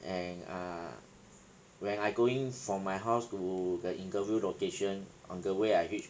and uh when I going from my house to the interview location on the way I hitch